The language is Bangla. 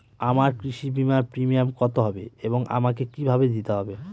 আমার কৃষি বিমার প্রিমিয়াম কত হবে এবং আমাকে কি ভাবে দিতে হবে?